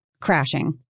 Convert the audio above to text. crashing